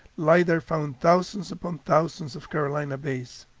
lidar found thousands upon thousands of carolina bays.